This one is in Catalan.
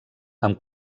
amb